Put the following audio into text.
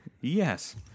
Yes